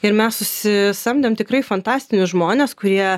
ir mes susisamdėm tikrai fantastinius žmones kurie